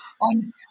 on